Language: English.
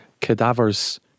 cadavers